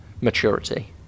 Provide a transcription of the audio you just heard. maturity